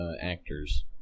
actors